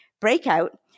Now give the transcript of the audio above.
breakout